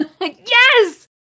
Yes